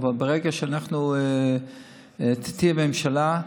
אבל ברגע שתהיה ממשלה,